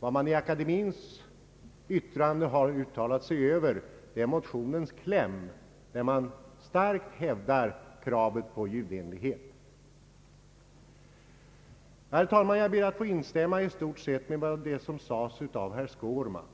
Vad akademien uttalat sig över är motionens kläm, där kravet på ljudenlighet starkt hävdas. Herr talman! Jag ber att i stort sett få instämma i det som sades av herr Skårman.